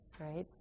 right